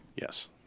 Yes